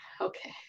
okay